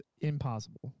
impossible